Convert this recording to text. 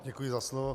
Děkuji za slovo.